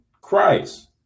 Christ